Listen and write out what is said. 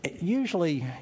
usually